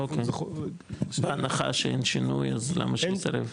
אוקי, בהנחה שאין שינוי, למה הם מסרבים?